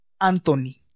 Anthony